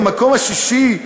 במקום השישי,